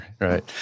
right